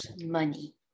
money